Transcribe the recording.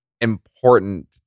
important